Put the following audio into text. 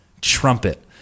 trumpet